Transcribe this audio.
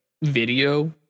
video